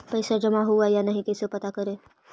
पैसा जमा हुआ या नही कैसे पता करे?